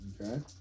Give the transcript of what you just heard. Okay